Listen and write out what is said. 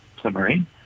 submarine